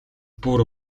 бүр